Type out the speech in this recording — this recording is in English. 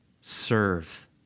serve